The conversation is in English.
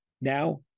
Now